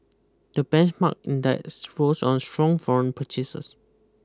the benchmark index rose on strong foreign purchases